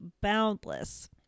Boundless